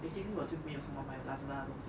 basically 我就没有什么买 Lazada 的东西